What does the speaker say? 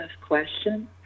question